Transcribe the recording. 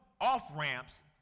off-ramps